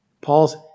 Paul's